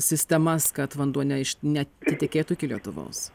sistemas kad vanduo ne iš neatitekėtų iki lietuvos